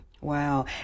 Wow